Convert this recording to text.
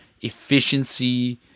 efficiency